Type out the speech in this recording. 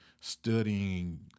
studying